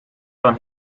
kan